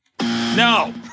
No